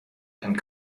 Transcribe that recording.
and